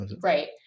Right